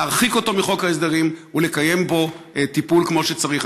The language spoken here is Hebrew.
להרחיק אותו מחוק ההסדרים ולקיים בו טיפול כמו שצריך.